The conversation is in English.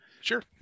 sure